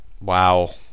Wow